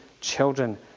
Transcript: children